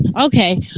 Okay